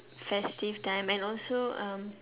festive time and also um